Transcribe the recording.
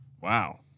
Wow